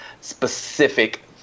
specific